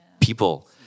people